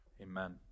amen